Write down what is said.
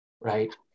right